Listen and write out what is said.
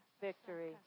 victory